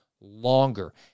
longer